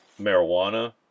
marijuana